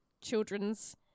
children's